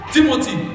Timothy